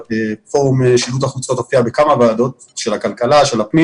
פורום שילוט החוצות הופיע בכמה ועדות ועדת הכלכלה וועדת הפנים